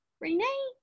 Renee